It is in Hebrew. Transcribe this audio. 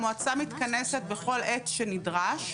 המועצה מתכנסת בכל עת שנדרש,